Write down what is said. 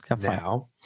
Now